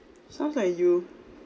sounds like you